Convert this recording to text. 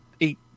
eight